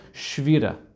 Shvira